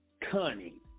Cunning